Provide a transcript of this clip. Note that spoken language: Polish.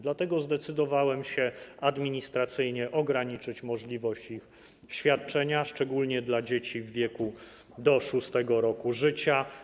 Dlatego zdecydowałem się administracyjnie ograniczyć możliwości ich świadczenia, szczególnie dla dzieci w wielu do 6. roku życia.